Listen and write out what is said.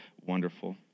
wonderful